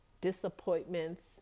disappointments